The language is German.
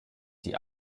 die